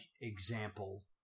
example